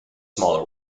smaller